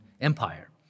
Empire